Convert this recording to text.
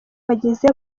bagize